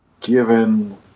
given